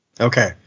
Okay